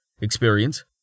Experience